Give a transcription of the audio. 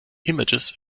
images